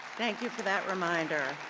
thank you for that reminder.